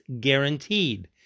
guaranteed